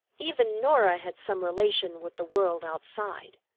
even norah had some relation with the world outside.